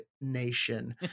Nation